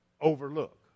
overlook